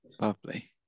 Lovely